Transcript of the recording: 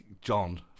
john